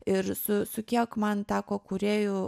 ir su su kiek man teko kūrėjų